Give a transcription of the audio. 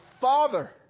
Father